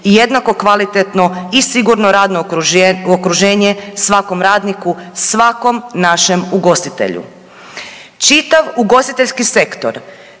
i jednako kvalitetno i sigurno radno okruženje svakom radniku svakom našem ugostitelju. Čitav ugostiteljski sektor